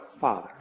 Father